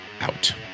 out